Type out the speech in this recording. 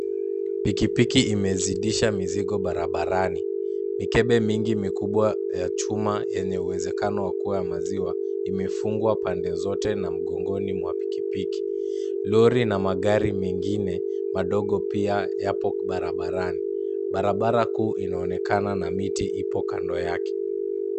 Pikipiki imezidisha mzigo barabarani mikebe Mingi mikubwa ya chuma yenye uwezekano ya kuwa maziwa imefungwa pande zote na mgongoni mwa pikipiki. Lori na magari mengine madogo pia yapo barabarani. Barabara kuu inaonekana na miti ipo kando yake.